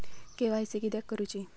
KYC किदयाक करूची?